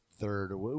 third